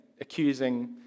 accusing